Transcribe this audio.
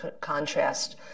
contrast